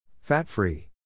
Fat-free